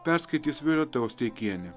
perskaitys violeta osteikienė